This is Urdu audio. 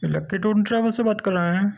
لکی ٹور این ٹریول سے بات کر رہے ہیں